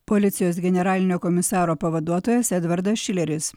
policijos generalinio komisaro pavaduotojas edvardas šileris